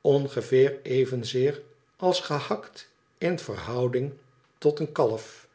ongeveer evenzeer als gehakt in verhouding tot een kalf